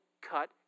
cut